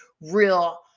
real